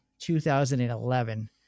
2011